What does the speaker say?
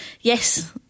yes